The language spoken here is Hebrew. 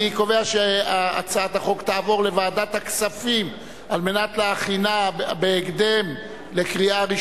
37 בעד, אין מתנגדים ואין נמנעים.